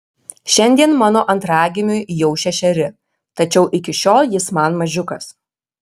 šiandien mano antragimiui jau šešeri tačiau iki šiol jis man mažiukas